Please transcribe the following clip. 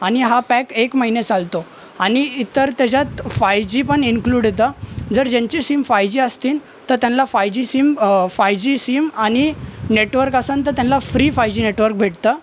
आणि हा पॅक एक महीने चालतो आणि तर त्याच्यात फाय जी पण इनक्लुड येतं जर ज्यांचे सीम फाय जी असतीन तर त्यानला five G SIM five G SIM आणि नेटवर्क असंन तर त्यानला फ्री फाय जी नेटवर्क भेटतं